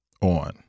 on